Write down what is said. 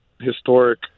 historic